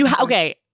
Okay